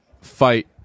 fight